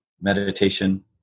meditation